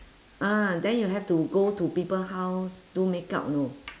ah then you have to go to people house do makeup you know